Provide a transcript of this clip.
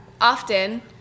often